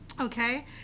Okay